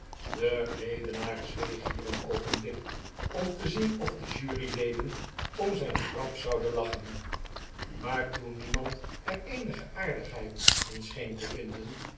de redenaar zweeg hier een oogenblik om te zie n of de juryleden om zijn grap zouden lachen maar toen niemand er eenige aardigheid in scheen te vinden